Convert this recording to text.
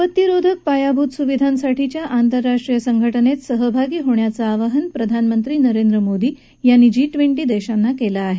आपत्ती रोधक पायाभूत सुविधांसाठीच्या आंतरराष्ट्रीय संघटनेत सहभागी होण्याचं आवाहन प्रधानमंत्री नरेंद्र मोदी यांनी जी ट्वेंटी देशांना केलं आहे